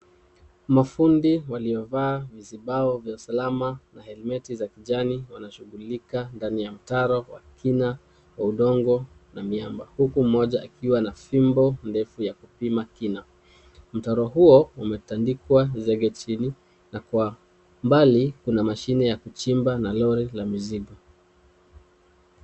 Mafundi waliovaa vizibao vya usalama na helmet za kijani wanashughulika ndani ya mtaro wa kina wa udongo na miamba. Huku mmoja akiwa na fimbo ndefu ya kupima kina. Mtaro huo, umetandikwa zege chini na kwa mbali, kuna mashine ya kuchimba na lori la mizigo.